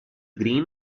green